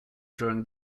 during